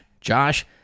Josh